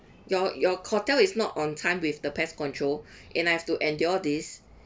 your your hotel is not on time with the pest control and I have to endure this